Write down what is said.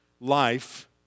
life